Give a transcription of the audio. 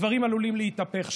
הדברים עלולים להתהפך.